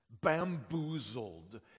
bamboozled